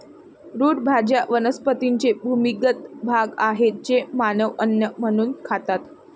route भाज्या वनस्पतींचे भूमिगत भाग आहेत जे मानव अन्न म्हणून खातात